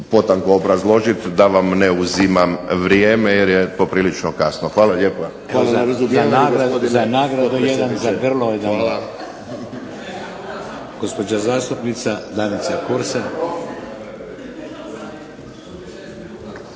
potanko obrazložiti da vam ne uzimam vrijeme jer je poprilično kasno. Hvala lijepo.